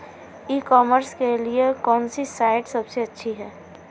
ई commerce के लिए कौनसी साइट सबसे अच्छी है?